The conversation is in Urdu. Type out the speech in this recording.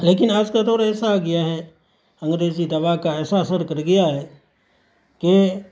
لیکن آج کا دور ایسا آ گیا ہے انگریزی دوا کا ایسا اثر کر گیا ہے کہ